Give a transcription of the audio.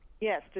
Yes